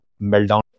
meltdown